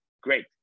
great